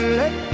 let